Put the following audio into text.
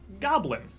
goblin